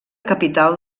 capital